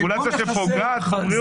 זו רגולציה שפוגעת בבריאות.